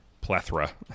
Plethora